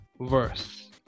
verse